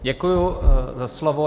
Děkuji za slovo.